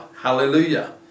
Hallelujah